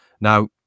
Now